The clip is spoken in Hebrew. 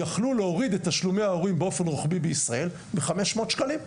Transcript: יכלו להוריד את תשלומי ההורים באופן רוחבי בישראל ב-500 שקלים.